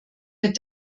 mit